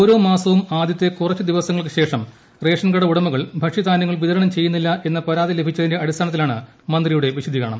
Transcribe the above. ഓരോ മാസവും ആദ്യത്തെ കുറച്ചു ദിവസങ്ങൾ ക്കുശേഷം റേഷൻകട ഉടമകൾ ഭക്ഷ്യധാന്യങ്ങൾ വിതരണം ചെയ്യുന്നില്ല എന്ന പരാതി ലഭിച്ചതിന്റെ അടിസ്ഥാനത്തിലാണ് മന്ത്രിയുടെ വിശദീകരണം